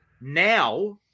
Now